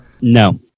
No